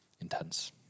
intense